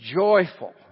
joyful